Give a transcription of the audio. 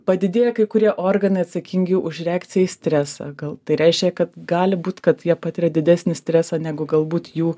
padidėję kai kurie organai atsakingi už reakciją į stresą gal tai reiškia kad gali būt kad jie patiria didesnį stresą negu galbūt jų